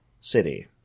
City